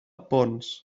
ponts